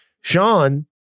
Sean